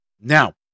Now